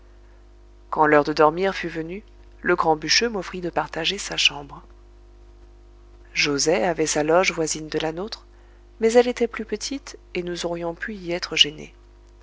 quand l'heure de dormir fut venue le grand bûcheux m'offrit de partager sa chambre joset avait sa loge voisine de la nôtre mais elle était plus petite et nous aurions pu y être gênés